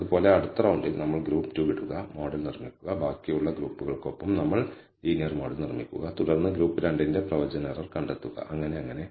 അതുപോലെ അടുത്ത റൌണ്ടിൽ നമ്മൾ ഗ്രൂപ്പ് 2 വിടുക മോഡൽ നിർമ്മിക്കുക ബാക്കിയുള്ള ഗ്രൂപ്പുകൾക്കൊപ്പം നമ്മൾ ലീനിയർ മോഡൽ നിർമ്മിക്കുക തുടർന്ന് ഗ്രൂപ്പ് 2 ന്റെ പ്രവചന എറർ കണ്ടെത്തുക അങ്ങനെ അങ്ങനെ